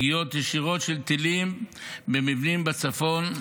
של פגיעות ישירות של טילים במבנים בצפון,